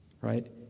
right